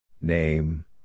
Name